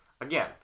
again